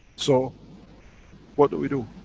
so what do we do?